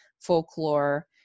folklore